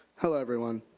hello everyone.